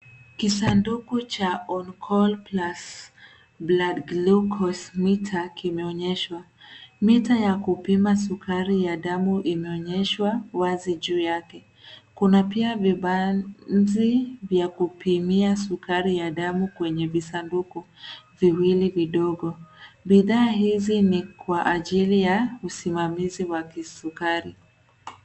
Kisaa kidogo cha Oncall Plus Blood Glucose Meter kimeonyeshwa. Mita ya kupima sukari ya damu inaonyeshwa wazi juu yake. Kuna pia vibanzi vya kupimia sukari ya damu kwenye visanduku viwili vidogo. Bidhaa hizi ni kwa ajili ya usimamizi wa kisukari.